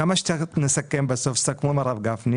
כמה שנסכם בסוף, תסכמו עם הרב גפני.